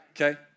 Okay